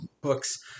books